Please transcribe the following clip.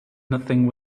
nothing